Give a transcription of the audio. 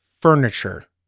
furniture